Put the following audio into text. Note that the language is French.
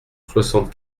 soixante